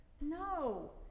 No